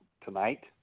tonight